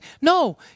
No